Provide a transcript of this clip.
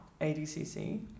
ADCC